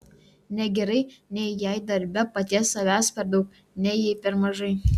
negerai nei jei darbe paties savęs per daug nei jei per mažai